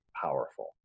powerful